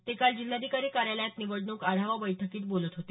ते काल जिल्हाधिकारी कार्यालयात निवडणूक आढावा बैठकीत ते बोलत होते